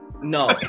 No